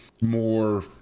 more